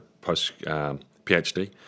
post-PhD